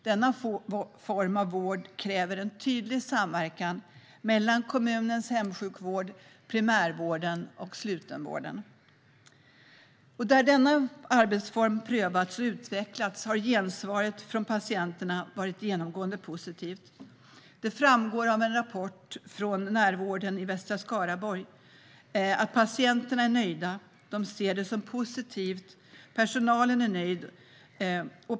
Denna form av vård kräver en tydlig samverkan mellan kommunens hemsjukvård, primärvården och slutenvården. Där denna arbetsform har prövats och utvecklats har gensvaret från patienterna genomgående varit positivt. Det framgår av en rapport från Närvård västra Skaraborg att patienterna är nöjda. De ser detta som positivt. Även personalen är nöjd.